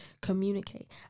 communicate